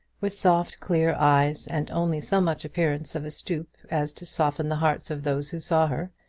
with soft, clear eyes, and only so much appearance of a stoop as to soften the hearts of those who saw her,